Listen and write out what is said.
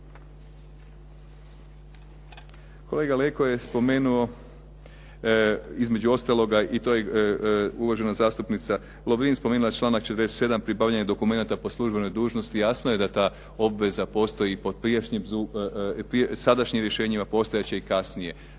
Kolega Leko je spomenuo između ostaloga i to je uvažena zastupnica Lovrin spomenula, članak 47. Pribavljanje dokumenata po službenoj dužnosti. Jasno je da ta obveza postoji i pod sadašnjim rješenjima, postojat će i kasnije.